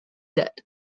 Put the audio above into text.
debt